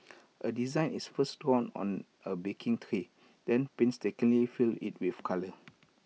A design is first drawn on A baking tray then painstakingly filled in with colour